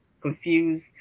confused